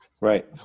Right